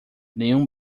nenhum